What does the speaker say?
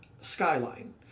skyline